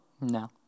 No